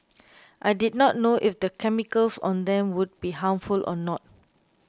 I did not know if the chemicals on them would be harmful or not